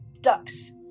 ducks